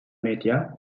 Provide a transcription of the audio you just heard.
medya